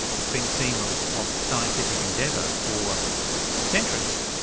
it's it's been a theme of of scientific endeavour for centuries,